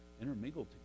intermingled